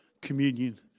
communion